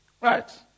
Right